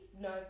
No